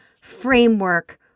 framework